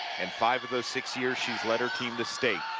and five of those six years she's led her team to state,